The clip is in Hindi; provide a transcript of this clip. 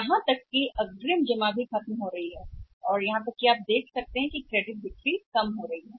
यहां तक कि अग्रिम जमा भी खत्म हो रही है और यहां तक कि आप देख रहे हैं कि यह क्रेडिट बिक्री भी कम हो रही है